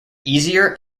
easier